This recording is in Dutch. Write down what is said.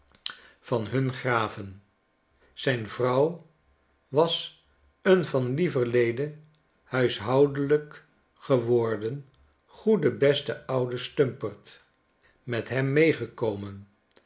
van hun graven zijn vrouw was een van lieverlede huishoudelijk geworden goede beste oude stumperd met hem meegekomen